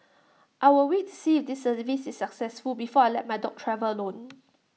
I will wait to see IT this service is successful before I let my dog travel alone